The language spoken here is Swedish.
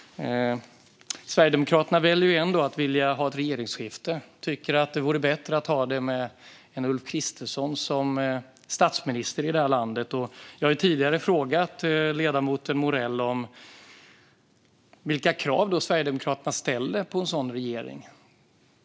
Sverigedemokraterna vill ändå ha ett regeringsskifte. De tycker att det vore bättre att ta det här med Ulf Kristersson som statsminister. Jag har tidigare frågat ledamoten Morell vilka krav Sverigedemokraterna ställer på en sådan regering.